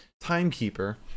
timekeeper